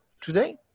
today